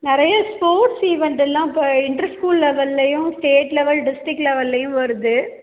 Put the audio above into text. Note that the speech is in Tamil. நிறைய ஸ்போட்ஸ் இவென்ட் எல்லாம் இப்போ இன்டெர்ஸ்கூல் லெவல்லேயும் ஸ்டேட் லெவல் டிஸ்டிக் லெவல்லேயும் வருது